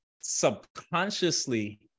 subconsciously